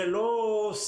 זה לא סיוע.